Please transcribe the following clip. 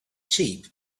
cheap